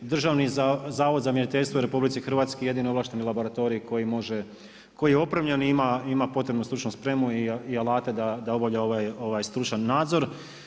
Državni zavod za mjeriteljstvo u RH jedini ovlašteni laboratorij koji može, koji je opremljen i ima potrebnu stručnu spremu i alate da obavlja ovaj stručan nadzor.